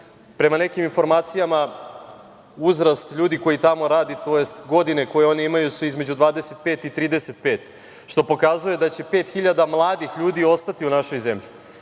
Prema nekim informacijama, uzrast ljudi koji tamo radi, tj. godine koje oni imaju su između 25 i 35, što pokazuje da će pet hiljada mladih ljudi ostati u našoj zemlji,